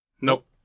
Nope